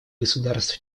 государств